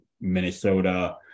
Minnesota